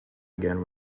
again